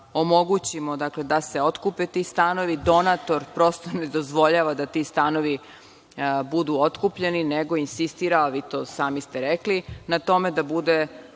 omogućimo, dakle, da se otkupe ti stanovi, donator prosto ne dozvoljava da ti stanovi budu otkupljeni, nego insistira, a vi to sami ste i rekli, na tome da bude,